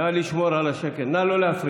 נא לשמור על השקט, נא לא להפריע.